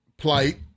Plight